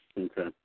Okay